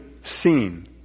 seen